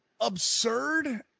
absurd